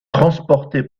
transportée